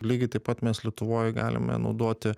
lygiai taip pat mes lietuvoj galime naudoti